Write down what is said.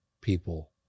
people